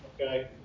Okay